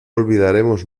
olvidaremos